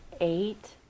eight